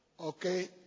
okay